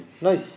nice